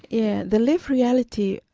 yeah the lived reality,